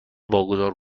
واگذار